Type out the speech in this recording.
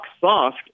soft